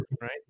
right